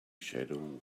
shadow